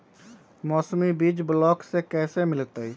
मौसमी बीज ब्लॉक से कैसे मिलताई?